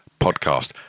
podcast